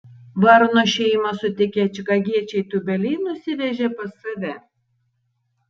varno šeimą sutikę čikagiečiai tūbeliai nusivežė pas save